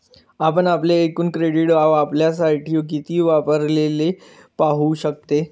आपण आपले एकूण क्रेडिट आपल्यासाठी किती वापरलेले पाहू शकते